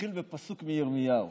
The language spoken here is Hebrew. אתחיל בפסוק מירמיהו